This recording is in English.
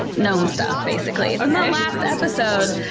gnome stuff, basically. on the last episode,